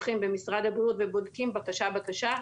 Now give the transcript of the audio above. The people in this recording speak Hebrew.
רוקחים במשרד הבריאות ובודקים בקשה-בקשה,